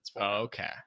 Okay